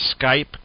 Skype